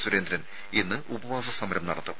സുരേന്ദ്രൻ ഇന്ന് ഉപവാസ സമരം നടത്തും